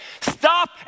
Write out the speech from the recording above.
Stop